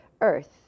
earth